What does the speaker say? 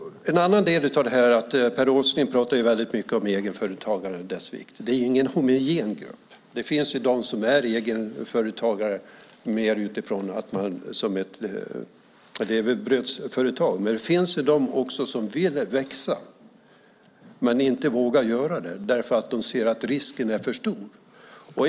En annan del av detta är att Per Åsling pratar mycket om egenföretagare och deras vikt. Det är ingen homogen grupp. Det finns de som är egenföretagare mer i form av att man driver ett levebrödsföretag. Men det finns också de som vill växa men inte vågar göra det därför att de ser att risken är för stor.